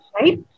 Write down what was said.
right